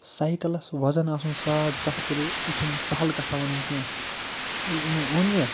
سایکَلَس وَزَن آسُن ساڑ سَتھ کِلوٗ یہِ چھِنہٕ سَہل کَتھا وَنٕنۍ کیٚنٛہہ ییٚلہِ یِمو اوٚن یہِ